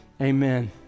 Amen